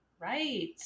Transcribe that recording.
Right